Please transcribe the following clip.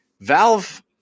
Valve